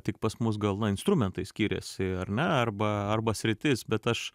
tik pas mus gal na instrumentai skiriasi ar ne arba arba sritis bet aš